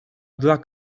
dla